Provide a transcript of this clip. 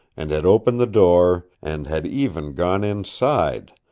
and had opened the door, and had even gone inside,